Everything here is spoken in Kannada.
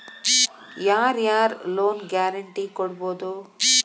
ಯಾರ್ ಯಾರ್ ಲೊನ್ ಗ್ಯಾರಂಟೇ ಕೊಡ್ಬೊದು?